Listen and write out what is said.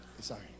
sorry